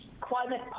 climate